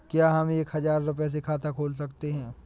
क्या हम एक हजार रुपये से खाता खोल सकते हैं?